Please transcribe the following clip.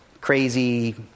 crazy